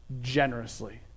generously